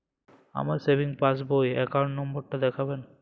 আমার সেভিংস পাসবই র অ্যাকাউন্ট নাম্বার টা দেখাবেন?